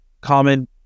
common